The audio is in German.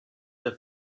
der